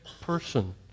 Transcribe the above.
person